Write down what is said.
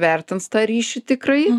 vertins tą ryšį tikrai